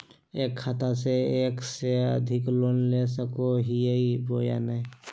एक खाता से एक से अधिक लोन ले सको हियय बोया नय?